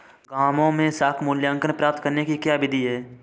गाँवों में साख मूल्यांकन प्राप्त करने की क्या विधि है?